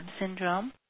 Syndrome